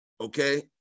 okay